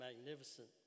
magnificent